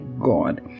God